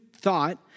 thought